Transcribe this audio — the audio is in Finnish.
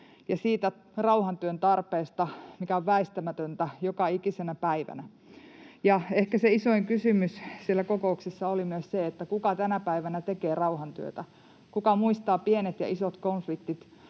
rauhantyön tarpeesta, mikä on väistämätöntä joka ikisenä päivänä. Ehkä se isoin kysymys siellä kokouksessa oli, kuka tänä päivänä tekee rauhantyötä, kuka muistaa pienet ja isot konfliktit,